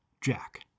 Jack